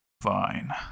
Fine